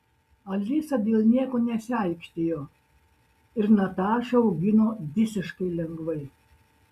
alisa dėl nieko nesiaikštijo ir natašą augino visiškai lengvai